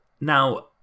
Now